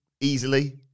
easily